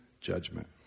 judgment